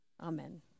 Amen